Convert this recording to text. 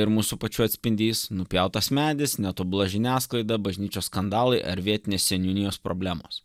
ir mūsų pačių atspindys nupjautas medis netobula žiniasklaida bažnyčios skandalai ar vietinės seniūnijos problemos